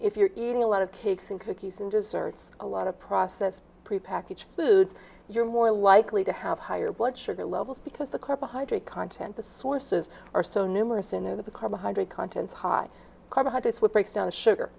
if you're a lot of cakes and cookies and desserts a lot of processed prepackaged foods you're more likely to have higher blood sugar levels because the carbohydrate content the sources are so numerous in there that the carbohydrate contents high carbohydrate is what breaks down the sugar